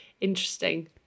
interesting